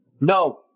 No